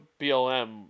BLM